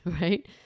right